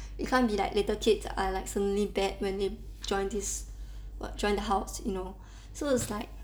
it can't be like little kids are like suddenly bad when they join this wha~ join the house you know so it's like